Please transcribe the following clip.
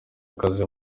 akazi